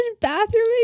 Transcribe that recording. bathroom